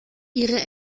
ihre